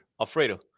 Alfredo